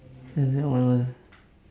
the new wallet